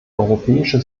europäische